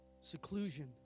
seclusion